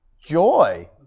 joy